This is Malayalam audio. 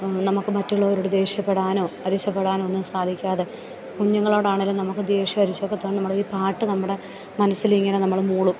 നമുക്ക് മറ്റുള്ളവരോട് ദേഷ്യപ്പെടാനോ അരിശപ്പെടാനോ ഒന്നും സാധിക്കാതെ കുഞ്ഞുങ്ങളോടാണേലും നമുക്ക് ദേഷ്യവും അരിശമൊക്കെ തോന്നുമ്പോൾ നമ്മളീ പാട്ട് നമ്മുടെ മനസ്സിലിങ്ങനെ നമ്മൾ മൂളും